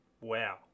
Wow